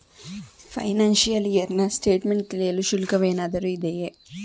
Financial year ನ statement ತಿಳಿಯಲು ಶುಲ್ಕವೇನಾದರೂ ಇದೆಯೇ?